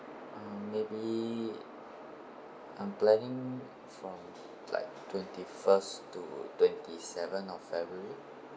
um maybe I'm planning from like twenty first to twenty seven of february